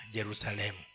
Jerusalem